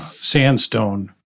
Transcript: sandstone